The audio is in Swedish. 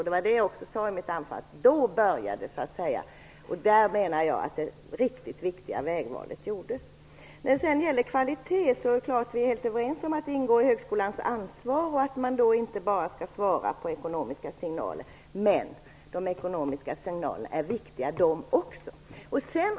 Det var detta jag syftade på i mitt anförande. Då började det, och det riktigt viktiga vägvalet gjordes. När det gäller kvaliteten är vi helt överens om att det ingår i högskolans ansvar och att man då inte bara skall svara på ekonomiska signaler. De ekonomiska signalerna är också viktiga.